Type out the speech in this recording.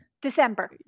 December